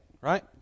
Right